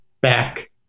back